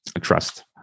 trust